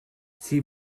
sie